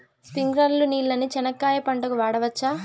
స్ప్రింక్లర్లు నీళ్ళని చెనక్కాయ పంట కు వాడవచ్చా?